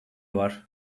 var